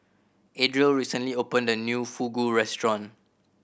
Adriel recently opened a new Fugu Restaurant